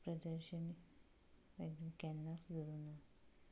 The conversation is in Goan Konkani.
प्रदर्शन हांवें केन्नांच दवरूंक ना